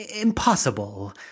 Impossible